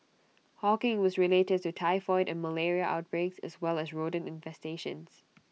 hawking was related to typhoid and malaria outbreaks as well as rodent infestations